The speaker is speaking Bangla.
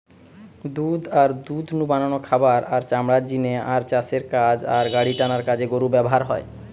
দুধ আর দুধ নু বানানো খাবার, আর চামড়ার জিনে আর চাষের কাজ আর গাড়িটানার কাজে গরু ব্যাভার হয়